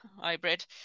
hybrid